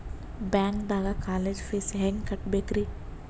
ಬ್ಯಾಂಕ್ದಾಗ college fees ಹೆಂಗ್ ಕಟ್ಟ್ಬೇಕ್ರಿ?